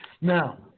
Now